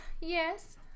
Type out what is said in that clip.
Yes